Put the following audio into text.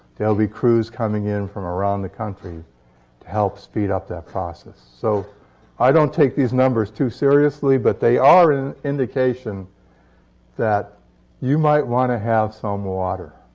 there will be crews coming in from around the country to help speed up that process. so i don't take these numbers too seriously, but they are an indication that you might want to have some water